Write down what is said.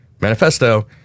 manifesto